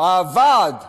הוועד נאלץ,